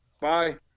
Bye